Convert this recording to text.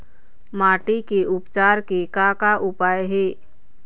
माटी के उपचार के का का उपाय हे?